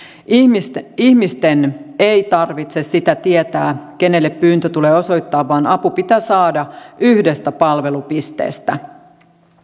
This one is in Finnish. ihmisten ihmisten ei tarvitse sitä tietää kenelle pyyntö tulee osoittaa vaan apu pitää saada yhdestä palvelupisteestä